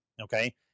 okay